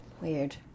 Weird